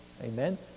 amen